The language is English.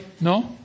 No